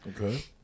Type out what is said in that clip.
Okay